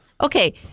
Okay